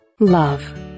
Love